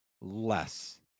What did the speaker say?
less